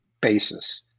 basis